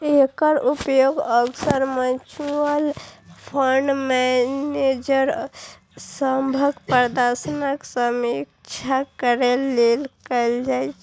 एकर उपयोग अक्सर mutual fund manager सभक प्रदर्शनक समीक्षा करै लेल कैल जाइ छै